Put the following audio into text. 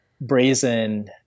brazen